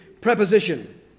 preposition